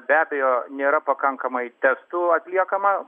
be abejo nėra pakankamai testų atliekama